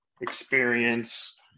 experience